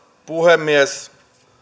puhemies